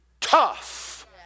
Tough